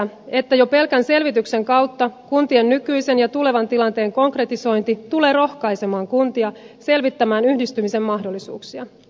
on todennäköistä että jo pelkän selvityksen kautta kuntien nykyisen ja tulevan tilanteen konkretisointi tulee rohkaisemaan kuntia selvittämään yhdistymisen mahdollisuuksia